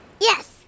Yes